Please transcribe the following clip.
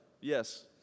Yes